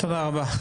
תודה רבה.